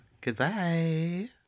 Goodbye